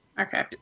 Okay